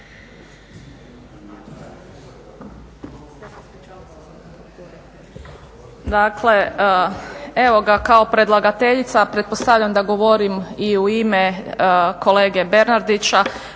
(ORaH)** Kao predlagateljica, pretpostavljam da govorim i u ime kolege Bernardića,